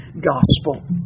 gospel